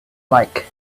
like